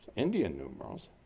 indian numerals,